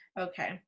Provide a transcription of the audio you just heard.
okay